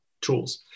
tools